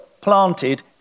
planted